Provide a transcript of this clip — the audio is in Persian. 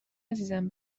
عزیزم